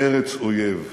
ארץ אויב.